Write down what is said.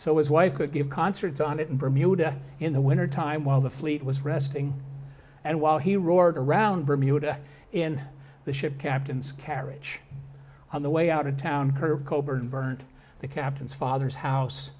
so his wife could give concerts on it in bermuda in the wintertime while the fleet was resting and while he roared around bermuda in the ship captains carriage on the way out of town her coburn burnt the captain's father's house